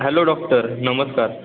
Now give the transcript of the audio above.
hello doctor नमस्कार